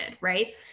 right